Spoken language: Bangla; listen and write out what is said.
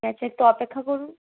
আচ্ছা একটু অপেক্ষা করুন